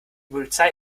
polizei